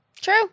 True